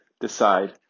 decide